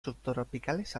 subtropicales